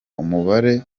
umubare